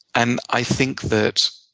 and i think that